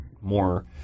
more